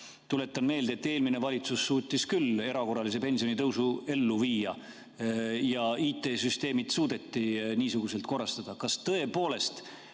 Tuletan meelde, et eelmine valitsus suutis küll erakorralise pensionitõusu ellu viia ja IT‑süsteemid suudeti korrastada. Kas tõepoolest